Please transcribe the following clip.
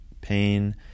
pain